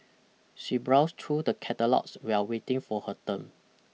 she browsed through the catalogues while waiting for her turn